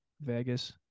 Vegas